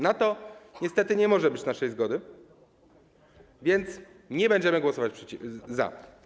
Na to niestety nie może być naszej zgody, więc nie będziemy głosować za.